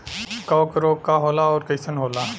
कवक रोग का होला अउर कईसन होला?